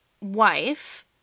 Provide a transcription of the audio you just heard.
wife